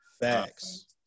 Facts